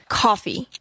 coffee